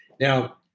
Now